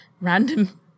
random